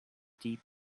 deep